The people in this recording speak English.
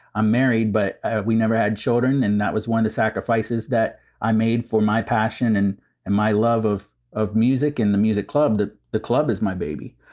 i'm married, but we never had children. and that was one of the sacrifices that i made for my passion and and my love of of music in the music club, that the club is my baby.